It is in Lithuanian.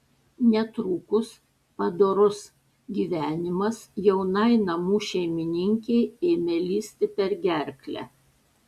netrukus padorus gyvenimas jaunai namų šeimininkei ėmė lįsti per gerklę